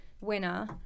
winner